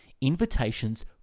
invitations